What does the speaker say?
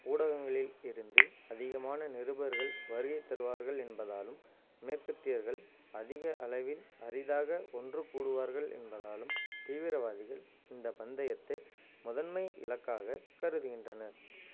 ஊடகங்களில் இருந்து அதிகமான நிருபர்கள் வருகை தருவார்கள் என்பதாலும் மேற்கத்தியர்கள் அதிக அளவில் அரிதாக ஒன்று கூடுவார்கள் என்பதாலும் தீவிரவாதிகள் இந்த பந்தயத்தை முதன்மை இலக்காகக் கருதுகின்றனர்